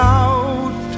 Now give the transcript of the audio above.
out